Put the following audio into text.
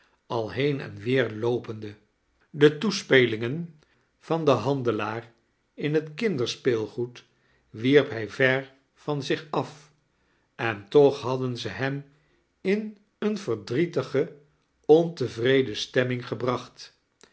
al heen eh weei'loopende de foespelingen van den handelaar in kinderspeelgoed wiferp hij ver van zich af en toch hadden ze hem in eene verdrietige ontevreden stemming gebracht